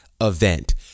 event